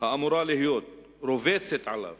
האמורה להיות רובצת עליו